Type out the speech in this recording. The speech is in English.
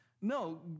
No